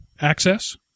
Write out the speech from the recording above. access